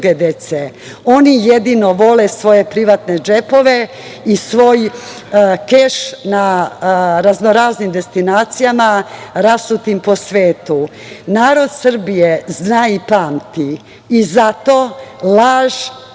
Oni jedino vole svoje privatne džepove i svoj keš na razno-raznim destinacijama rasutim po svetu. Narod Srbije zna i pamti i zato laž,